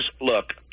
look